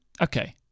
Okay